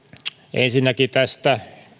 ensinnäkin tästä